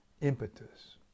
impetus